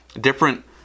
different